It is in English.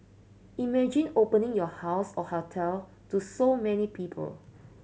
imagine opening your house or hotel to so many people